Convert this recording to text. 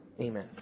Amen